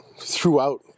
throughout